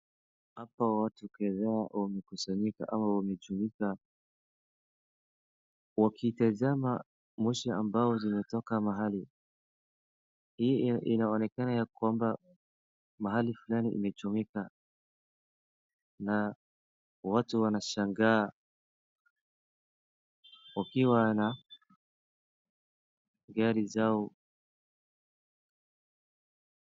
Hapo watu kadhaa wamekusanyika ama wamejumuika wakitazama moshi ambao zimetoka mahali, hiyo inaonekana yakwamba mahali fulani imechomeka, na watu wanashangaa wakiwa na gari zao.